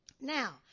Now